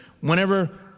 whenever